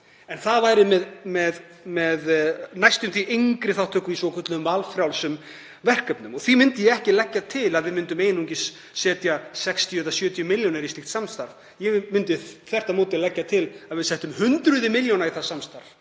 Það væri með næstum því engri þátttöku í svokölluðum valfrjálsum verkefnum og því myndi ég ekki leggja til að við settum einungis 60–70 milljónir í slíkt samstarf. Ég myndi þvert á móti leggja til að við settum hundruð milljóna í það samstarf,